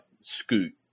scoot